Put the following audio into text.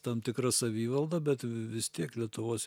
tam tikra savivalda bet vis tiek lietuvos